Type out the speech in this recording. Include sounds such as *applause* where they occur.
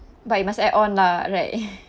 but you must add on lah right *laughs*